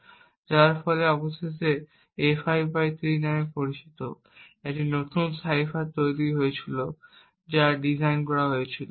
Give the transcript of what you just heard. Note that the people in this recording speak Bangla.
এবং এর ফলে অবশেষে A53 নামে পরিচিত একটি নতুন সাইফার তৈরি হয়েছিল যা ডিজাইন করা হয়েছিল